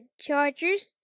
Chargers